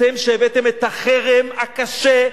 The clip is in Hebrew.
אתם שהבאתם את החרם הקשה,